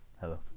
Hello